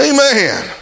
Amen